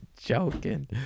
joking